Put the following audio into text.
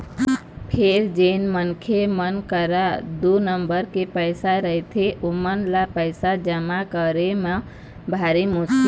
फेर जेन मनखे मन करा दू नंबर के पइसा रहिथे ओमन ल पइसा जमा करे म भारी मुसकिल होथे